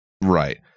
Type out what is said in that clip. Right